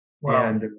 Wow